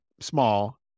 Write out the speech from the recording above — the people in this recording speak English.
small